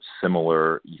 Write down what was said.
similar